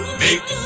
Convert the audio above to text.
make